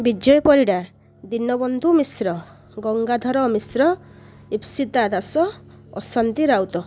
Bijay Parida Dinabandhu Mishra Gangadhar Mishra Ipsita Das Ashanti Raut